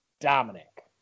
Dominic